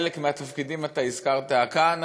חלק מהתפקידים הזכרת כאן,